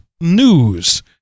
news